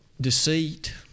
Deceit